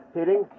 hitting